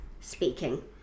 speaking